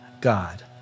God